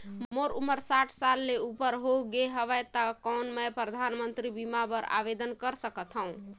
मोर उमर साठ साल ले उपर हो गे हवय त कौन मैं परधानमंतरी बीमा बर आवेदन कर सकथव?